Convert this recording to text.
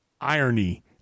irony